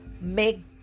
make